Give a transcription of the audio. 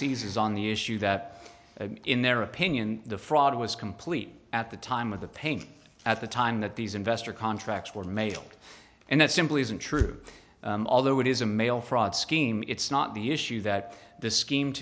seizes on the issue that in their opinion the fraud was complete at the time of the paying at the time that these investor contracts were mailed and that simply isn't true although it is a mail fraud scheme it's not the issue that the scheme